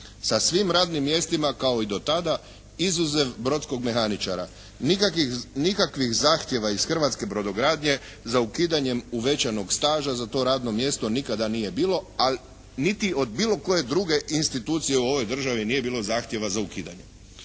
Sa svim radnim mjestima kao i do tada izuzev brodskog mehaničara. Nikakvih zahtjeva iz hrvatske brodogradnje za ukidanjem uvećanog staža za to radno mjesto nikada nije bilo a niti od bilo koje druge institucije u ovoj državi nije bilo zahtjeva za ukidanje.